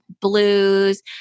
blues